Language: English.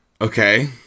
Okay